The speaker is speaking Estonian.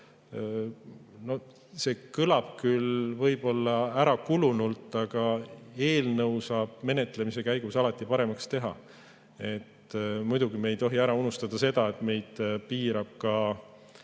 See kõlab võib-olla ärakulunult, aga eelnõu saab menetlemise käigus alati paremaks teha. Muidugi ei tohi me ära unustada seda, et meid piirab